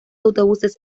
autobuses